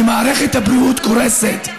כי מערכת הבריאות קורסת.